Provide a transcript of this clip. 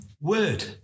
word